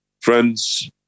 Friends